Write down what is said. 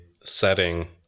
setting